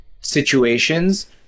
situations